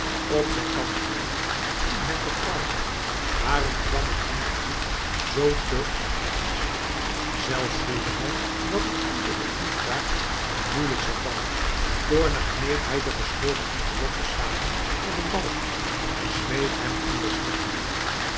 op zijn kandidaat kon hij vertrouwen waarom kwam het hem dan nu zo te onpas zelfs voelde hij dat een antwoord op die vraag hem moeilijk zou vallen toornig kneep hij de gescheurde enveloppe samen tot een balletje smeet het in de